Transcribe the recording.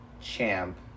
champ